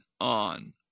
on